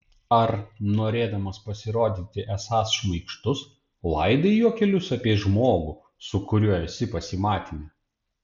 ar norėdamas pasirodyti esąs šmaikštus laidai juokelius apie žmogų su kuriuo esi pasimatyme